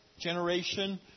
generation